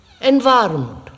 environment